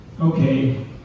Okay